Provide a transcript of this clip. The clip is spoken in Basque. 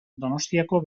donostiako